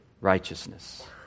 righteousness